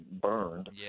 burned